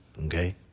Okay